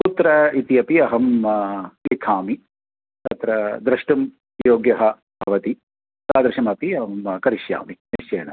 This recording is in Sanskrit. कुत्र इत्यपि अहं लिखामि तत्र द्रष्टुं योग्यः भवति तादृशमपि अहं करिष्यामि निश्चयेन